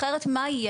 אחרת מה יהיה?